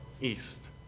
east